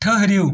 ٹھٔہرِو